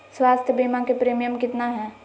स्वास्थ बीमा के प्रिमियम कितना है?